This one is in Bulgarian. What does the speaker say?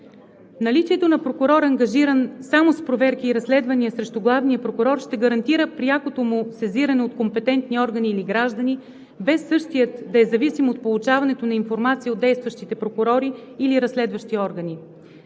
Наличието на прокурор, ангажиран само с проверки и разследвания срещу главния прокурор, ще гарантира прякото му сезиране от компетентни органи или от граждани, без същият да е зависим от получаването на информация от действащите прокурори или разследващите органи.